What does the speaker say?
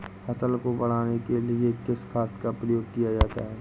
फसल को बढ़ाने के लिए किस खाद का प्रयोग किया जाता है?